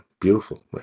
beautiful